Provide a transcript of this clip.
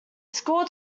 scored